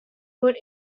would